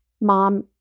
mom